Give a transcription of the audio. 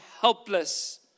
helpless